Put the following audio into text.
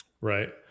right